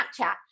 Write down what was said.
snapchat